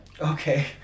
Okay